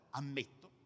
ammetto